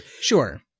Sure